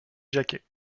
jacquet